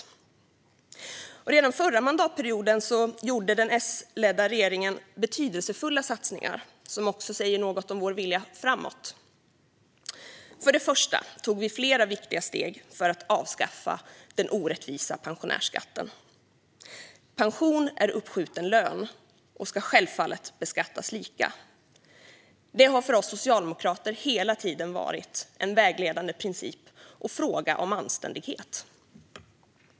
Redan under den förra mandatperioden gjorde den S-ledda regeringen betydelsefulla satsningar som säger något om vår vilja framåt. Först och främst tog vi flera viktiga steg för att avskaffa den orättvisa pensionärsskatten. Pension är uppskjuten lön och ska självfallet beskattas likadant. Det har för oss socialdemokrater hela tiden varit en vägledande princip och en fråga om anständighet.